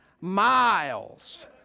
miles